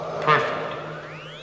Perfect